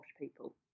people